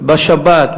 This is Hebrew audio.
בשבת,